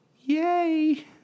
yay